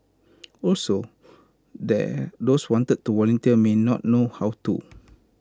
also those wanting to volunteer may not know how to